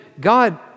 God